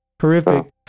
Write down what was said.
horrific